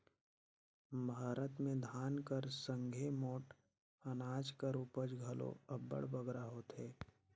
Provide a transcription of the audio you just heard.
भारत में धान कर संघे मोट अनाज कर उपज घलो अब्बड़ बगरा होथे